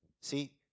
see